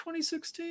2016